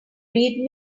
read